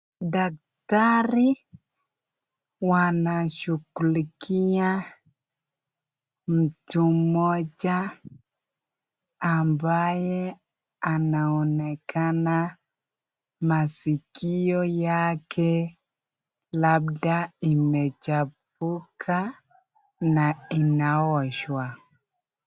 Daktari wanashughulikia mtu mmoja ambaye anaonekana masikio yake labda imechafuka na inaoshwa.